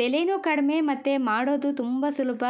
ಬೆಲೆನು ಕಡಿಮೆ ಮತ್ತು ಮಾಡೋದು ತುಂಬ ಸುಲಭ